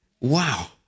Wow